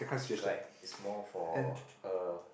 correct is more for uh